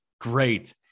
great